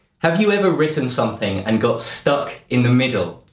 have you ever written something and got stuck in the middle?